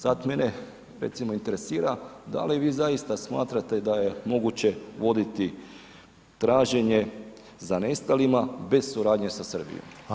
Sad mene recimo interesira da li vi zaista smatrate da je moguće voditi traženje za nestalima bez suradnje sa Srbijom?